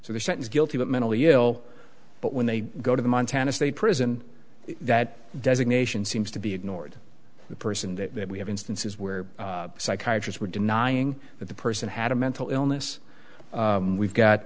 the sentence guilty but mentally ill but when they go to the montana state prison that designation seems to be ignored the person that we have instances where psychiatrist we're denying that the person had a mental illness we've got